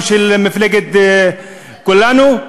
של מפלגת כולנו.